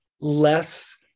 less